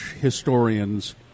historians